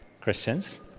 Christians